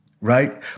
right